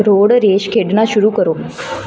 road rash ਖੇਡਣਾ ਸ਼ੁਰੂ ਕਰੋ